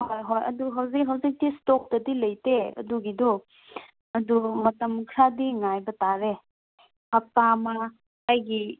ꯍꯣꯏ ꯍꯣꯏ ꯑꯗꯨ ꯍꯧꯖꯤꯛ ꯍꯧꯖꯤꯛꯇꯤ ꯏꯁꯇꯣꯛꯇꯗꯤ ꯂꯩꯇꯦ ꯑꯗꯨꯒꯤꯗꯣ ꯑꯗꯣ ꯃꯇꯝ ꯈꯔꯗꯤ ꯉꯥꯏꯕ ꯇꯥꯔꯦ ꯍꯞꯇꯥ ꯑꯃ ꯑꯩꯒꯤ